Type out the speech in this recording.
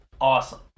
awesome